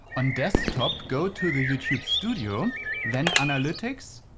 on desktop go to the youtube studio then analytics,